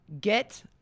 get